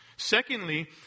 Secondly